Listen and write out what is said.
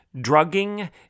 drugging